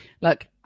look